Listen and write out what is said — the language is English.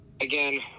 again